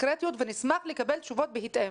קונקרטיות ונשמח לקבל תשובות בהתאם,